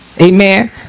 Amen